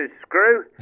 screw